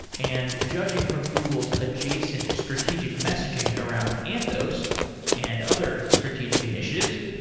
and judging from google's adjacent strategic messaging around anthos and other strategic initiatives,